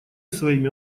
своими